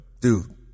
dude